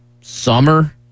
summer